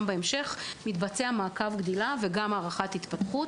בהמשך מתבצע מעקב גדילה ומתבצעת הערכת התפתחות.